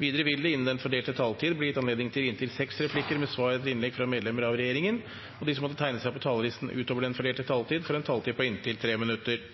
Videre vil det – innenfor den fordelte taletid – bli gitt anledning til replikkordskifte på inntil seks replikker med svar etter innlegg fra medlemmer av regjeringen. De som måtte tegne seg på talerlisten utover den fordelte taletid, får en taletid